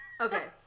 Okay